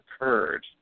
occurred